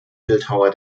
bildhauer